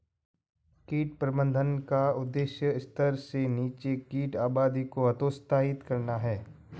कीट प्रबंधन का उद्देश्य स्तर से नीचे कीट आबादी को हतोत्साहित करना है